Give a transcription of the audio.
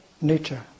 nature